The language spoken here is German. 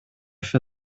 für